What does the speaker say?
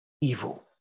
evil